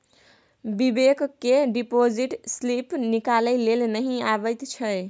बिबेक केँ deposit slip निकालै लेल नहि अबैत छै